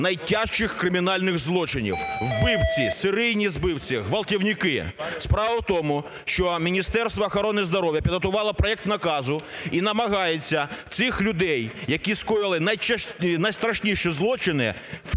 найтяжчих кримінальних злочинів – вбивці, серійні вбивці, ґвалтівники. Справа в тому, що Міністерство охорони здоров'я підготувало проект наказу і намагається цих людей, які скоїли найстрашніші злочини (топили,